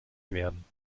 werden